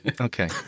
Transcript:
Okay